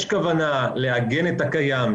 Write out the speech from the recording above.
יש כוונה לעגן את הקיים,